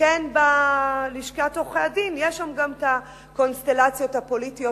שכן בלשכת עורכי-הדין יש הקונסטלציות הפוליטיות,